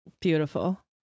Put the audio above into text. beautiful